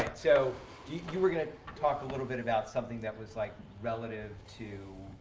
so you were gonna talk a little bit about something that was like relative to